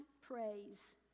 praise